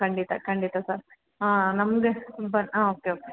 ಖಂಡಿತ ಖಂಡಿತ ಸರ್ ಹಾಂ ನಮ್ದು ಬ ಹಾಂ ಓಕೆ ಓಕೆ